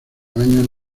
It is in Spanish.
años